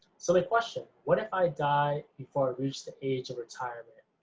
so, the question what if i died before it reached the age of retirement?